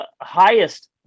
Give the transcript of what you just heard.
highest